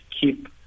keep